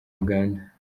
uganda